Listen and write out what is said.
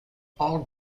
all